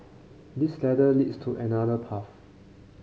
this ladder leads to another path